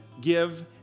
give